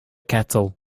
cattle